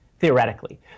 Theoretically